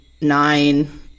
nine